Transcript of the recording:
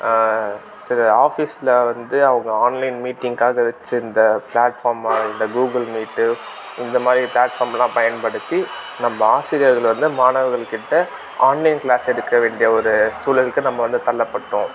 சில ஆஃபீஸில் வந்து அவங்க ஆன்லைன் மீட்டிங்குக்காக வெச்சிருந்த ப்ளாட்ஃபார்மா இந்த கூகுள் மீட்டு இந்த மாதிரி ப்ளாட்ஃபார்ம்லாம் பயன்படுத்தி நம்ம ஆசிரியர்கள் வந்து மாணவர்கள் கிட்டே ஆன்லைன் க்ளாஸ் எடுக்க வேண்டிய ஒரு சூழலுக்கு நம்ம வந்து தள்ளப்பட்டுவிட்டோம்